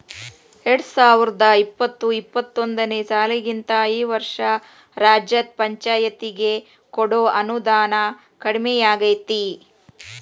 ಎರ್ಡ್ಸಾವರ್ದಾ ಇಪ್ಪತ್ತು ಇಪ್ಪತ್ತೊಂದನೇ ಸಾಲಿಗಿಂತಾ ಈ ವರ್ಷ ರಾಜ್ಯದ್ ಪಂಛಾಯ್ತಿಗೆ ಕೊಡೊ ಅನುದಾನಾ ಕಡ್ಮಿಯಾಗೆತಿ